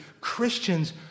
Christians